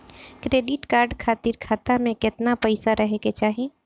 Credit card खातिर खाता में केतना पइसा रहे के चाही?